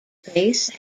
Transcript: face